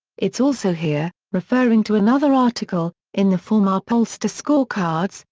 it's also here referring to another article, in the form our pollster scorecards,